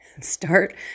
start